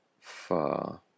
far